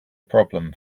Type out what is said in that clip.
problem